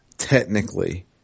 Technically